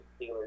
Steelers